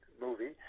movie